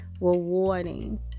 rewarding